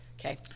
Okay